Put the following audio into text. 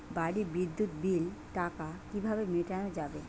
বাড়ির বিদ্যুৎ বিল টা কিভাবে মেটানো যাবে?